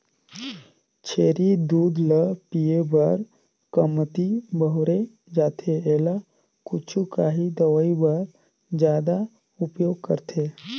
छेरी दूद ल पिए बर कमती बउरे जाथे एला कुछु काही दवई बर जादा उपयोग करथे